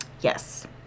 Yes